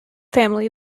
family